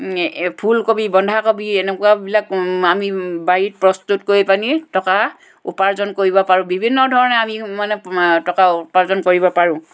ফুলকবি বন্ধাকবি এনেকুৱাবিলাক আমি বাৰীত প্ৰস্তুত কৰি পানি টকা উপাৰ্জন কৰিব পাৰোঁ বিভিন্ন ধৰণে মানে আমি টকা উপাৰ্জন কৰিব পাৰোঁ